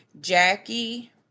Jackie